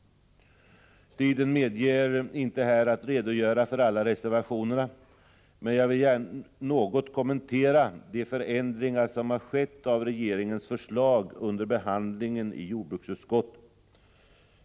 Tiden medger inte att jag här redogör för alla reservationerna, men jag vill något kommentera de förändringar som har skett av regeringens förslag under behandlingen i jordbruksutskottet.